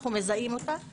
אנחנו מזהים אותה,